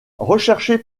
recherché